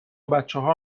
بچهها